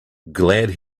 glad